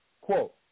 Quote